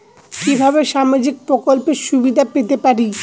কিভাবে সামাজিক প্রকল্পের সুবিধা পেতে পারি?